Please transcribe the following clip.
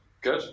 Good